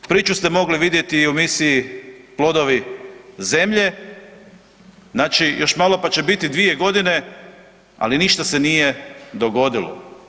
Priču ste mogli vidjeti i u emisiji „Plodovi zemlje“, znači još malo pa će biti dvije godine, ali ništa se nije dogodilo.